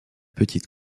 petite